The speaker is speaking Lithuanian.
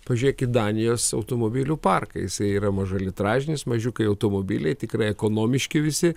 pažiūrėkit danijos automobilių parką jisai yra mažalitražis mažiukai automobiliai tikrai ekonomiški visi